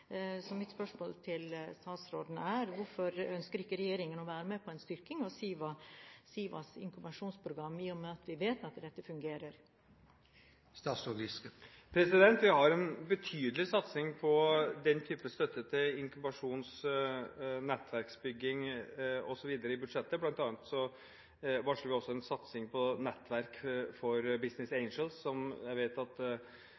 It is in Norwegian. Mitt spørsmål til statsråden er: Hvorfor ønsker ikke regjeringen å være med på en styrking av SIVAs informasjonsprogram, i og med at vi vet at dette fungerer? Vi har en betydelig satsing på den typen støtte til inkubasjons- og nettverksutbygging osv. i budsjettet, bl.a. varsler vi også en satsing på nettverk for